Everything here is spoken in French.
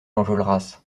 enjolras